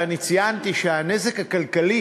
ואני ציינתי שהנזק הכלכלי,